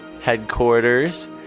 headquarters